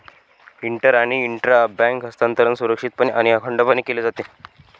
inter आणि intra bank हस्तांतरण सुरक्षितपणे आणि अखंडपणे केले जाते